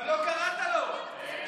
תודה רבה לקואליציה, בקול של האופוזיציה.